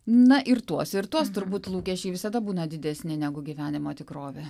na ir tuos ir tuos turbūt lūkesčiai visada būna didesni negu gyvenimo tikrovė